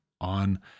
on